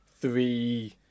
three